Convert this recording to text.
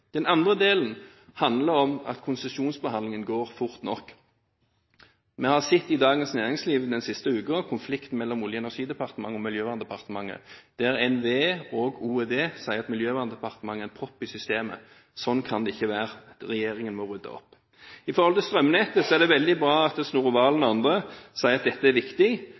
Den andre delen handler om hvorvidt konsesjonsbehandlingen går fort nok. Vi har i Dagens Næringsliv den siste uken sett konflikten mellom Olje- og energidepartementet og Miljøverndepartementet, der NVE og OED sier at Miljøverndepartementet er en propp i systemet. Slik kan det ikke være; regjeringen må rydde opp. Når det gjelder strømnettet, er det veldig bra at Snorre Serigstad Valen og andre sier at dette er viktig,